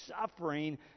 suffering